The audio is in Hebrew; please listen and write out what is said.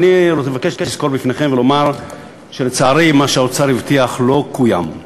ואני מבקש לסקור את הנושא בפניכם ולומר שלצערי מה שהאוצר הבטיח לא קוים.